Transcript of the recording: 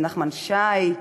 נחמן שי,